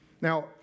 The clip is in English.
Now